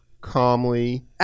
calmly